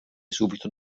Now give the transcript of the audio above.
subito